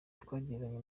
twagiranye